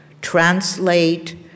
translate